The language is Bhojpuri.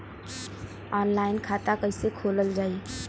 ऑनलाइन खाता कईसे खोलल जाई?